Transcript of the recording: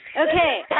Okay